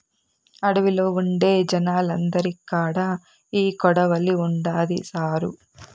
అడవిలో ఉండే జనాలందరి కాడా ఈ కొడవలి ఉండాది సారూ